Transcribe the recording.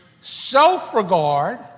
self-regard